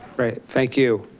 right, thank you.